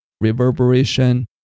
reverberation